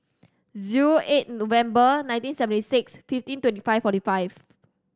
zero eight November nineteen seventy six fifteen twenty five forty five